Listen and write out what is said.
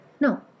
no